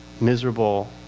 miserable